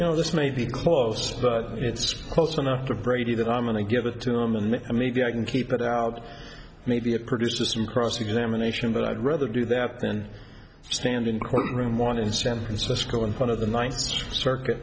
you know this may be close but it's close enough to brady that i'm going to give it to them and maybe i can keep it out maybe it produces some cross examination but i'd rather do that then stand in court room one in san francisco in front of the ninth circuit